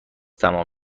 تمام